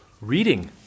Reading